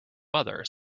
mother